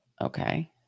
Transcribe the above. Okay